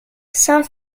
saint